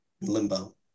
limbo